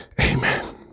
Amen